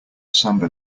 samba